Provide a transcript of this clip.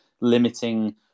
limiting